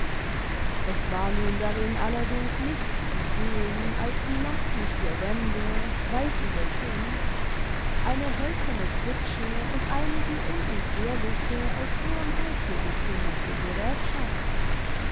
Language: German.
es war nun darin allerdings nichts zu sehen als die nackten vier wände weiß übertüncht eine hölzerne pritsche und einige unentbehrliche aus rohem holze gezimmerte geräthschaften